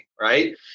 right